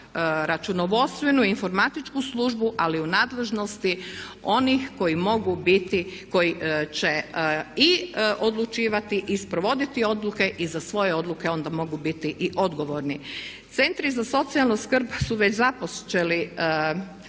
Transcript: računovodstvenu i informatičku službu ali u nadležnosti onih koji će i odlučivati i sprovoditi odluke i za svoje odluke onda mogu biti i odgovorni. Centri za socijalnu skrb su već započeli